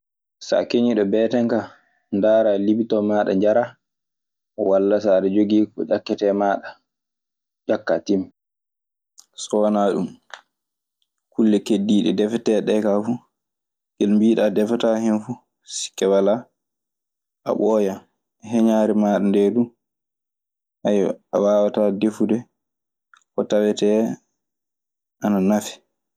So a keñyiiɗo beeten kaa, ndaara libiton maaɗa njara walla so aɗa jogii ko ƴakketee maaɗa ƴakkaa timmi. So wanaa ɗun kulle keddiiɗe defeteeɗe ɗee kaa fu, ngel mbiiɗaa defataa hen fuu sikka walaa a ɓooyan. Heñaare maaɗa ndee du, ayiwa, a waawataa defude ko tawetee ana nafe.